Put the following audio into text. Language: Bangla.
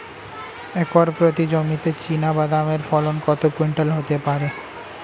একর প্রতি জমিতে চীনাবাদাম এর ফলন কত কুইন্টাল হতে পারে?